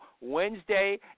Wednesday